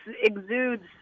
exudes